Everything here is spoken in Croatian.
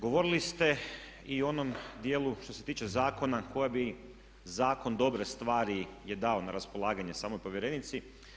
Govorili ste i o onom dijelu što se tiče zakona koje bi zakon dobre stvari, je dao na raspolaganje samoj povjerenici.